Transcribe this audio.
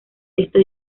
esto